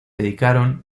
dedicaron